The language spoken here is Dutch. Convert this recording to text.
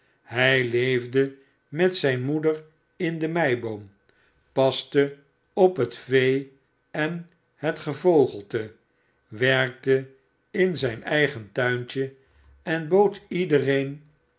hij leefdc met zijne moeder in demeiboom paste op het vee en het gevogelte werkte in zijn eigen tuintje en grip s bood iedereen